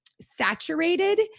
saturated